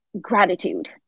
gratitude